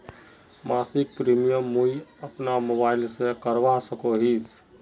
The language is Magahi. मासिक प्रीमियम मुई अपना मोबाईल से करवा सकोहो ही?